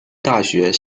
大学